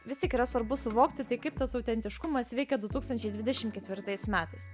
vis tik yra svarbu suvokti tai kaip tas autentiškumas veikia du tūkstančiai dvidešim ketvirtais metais